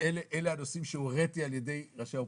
אלה הנושאים שהוריתי על ידי ראשי האופוזיציה.